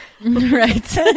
Right